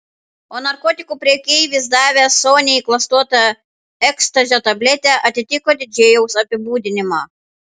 o narkotikų prekeivis davęs soniai klastotą ekstazio tabletę atitiko didžėjaus apibūdinimą